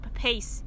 pace